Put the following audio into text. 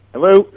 Hello